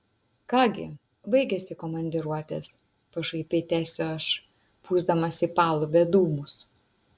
ką gi baigėsi komandiruotės pašaipiai tęsiu aš pūsdamas į palubę dūmus